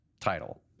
title